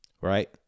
Right